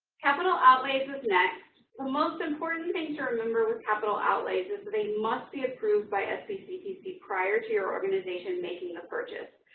capital outlays is next. the most important thing to remember with capital outlays is that they must be approved by sbctc prior to your organization making the purchase.